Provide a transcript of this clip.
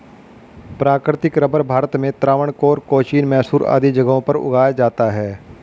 प्राकृतिक रबर भारत में त्रावणकोर, कोचीन, मैसूर आदि जगहों पर उगाया जाता है